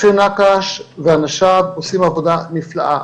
משה נקש ואנשים עושים עבודה נפלאה,